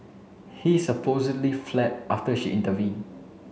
he supposedly fled after she intervened